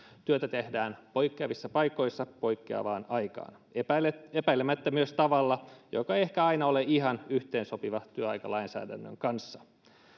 työtä tehdään poikkeavissa paikoissa poikkeavaan aikaan epäilemättä epäilemättä myös tavalla joka ei ehkä aina ole ihan yhteensopiva työaikalainsäädännön kanssa